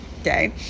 okay